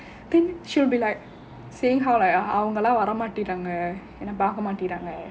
then she will be like saying how like அவங்கலாம் வர மாட்டேன்காங்க என்னய பார்க்க மாட்டேன்காங்க:avangalaam vara maattaenkaanga ennaya paarkka maattaenkaanga